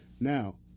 Now